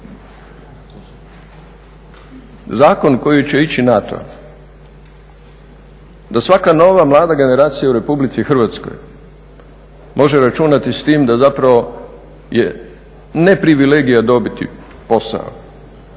zakon koji će ići na to da svaka nova mlada generacija u RH može računati s tim da zapravo je, ne privilegija dobiti posao,